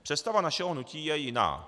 Představa našeho hnutí je jiná.